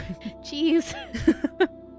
jeez